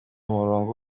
murongo